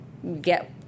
get